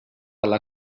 alla